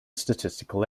statistical